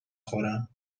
خورم